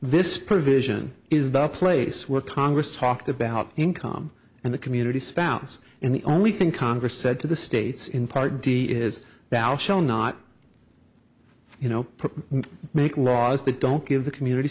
this provision is the place where congress talked about income and the community spouse in the only thing congress said to the states in part d is now shown not you know make laws that don't give the community